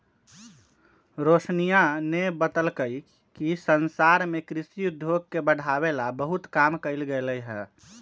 रोशनीया ने बतल कई कि संसार में कृषि उद्योग के बढ़ावे ला बहुत काम कइल गयले है